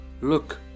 Look